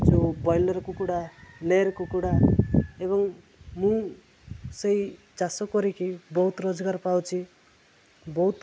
ଯେଉଁ ବ୍ରଏଲର କୁକୁଡ଼ା ଲେୟର୍ କୁକୁଡ଼ା ଏବଂ ମୁଁ ସେଇ ଚାଷ କରିକି ବହୁତ ରୋଜଗାର ପାଉଛି ବହୁତ